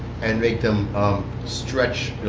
and make them um stretch